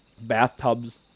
bathtubs